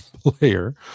player